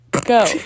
go